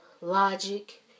Logic